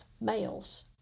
males